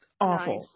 Awful